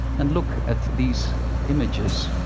and look at these images.